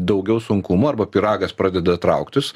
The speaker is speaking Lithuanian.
daugiau sunkumų arba pyragas pradeda trauktis